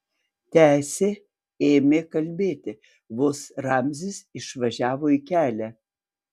tęsė ėmė kalbėti vos ramzis išvažiavo į kelią